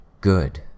Good